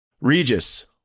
Regis